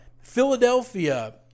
Philadelphia